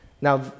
Now